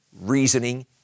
reasoning